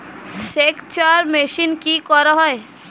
সেকচার মেশিন কি করা হয়?